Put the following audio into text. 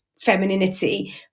femininity